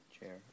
Chair